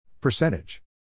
Percentage